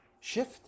shift